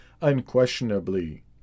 unquestionably